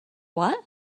what